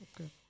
Okay